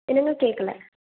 என்னங்க கேட்கல